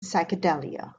psychedelia